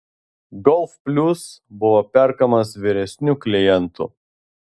golf plius buvo perkamas vyresnių klientų